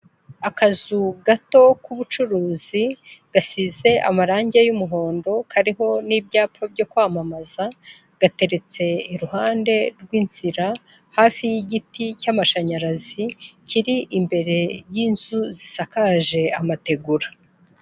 Akazu gato k'ubucuruzi gasize amarangi y'umuhondo kariho n'ibyapa byo kwamamaza, gateretse iruhande rw'inzira hafi y'igiti cy'amashanyarazi, kiri imbere y'inzu zisakaje amategura.